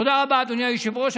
תודה רבה, אדוני היושב-ראש.